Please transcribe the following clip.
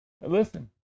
Listen